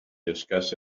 discuss